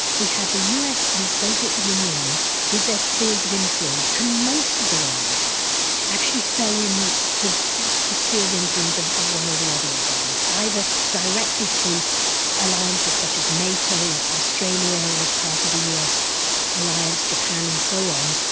we had the us and the soviet union with their spheres of influence and most of the world actually fell in to the sphere of influence of of one or the other of those, either directly through alliances such as nato, australia was part of the us alliance, japan and so on,